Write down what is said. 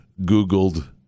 Googled